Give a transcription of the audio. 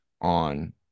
on